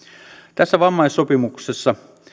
tässä vammaissopimuksessa